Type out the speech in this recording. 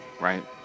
right